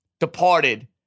Departed